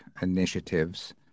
initiatives